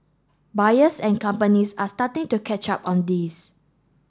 buyers and companies are starting to catch up on this